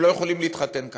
הם לא יכולים להתחתן כאן,